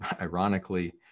ironically